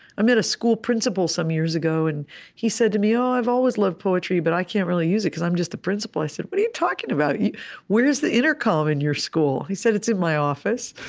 i met a school principal some years ago, and he said to me, oh, i've always loved poetry, but i can't really use it, because i'm just the principal. i said, what are you talking about? where is the intercom in your school? he said, it's in my office.